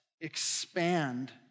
expand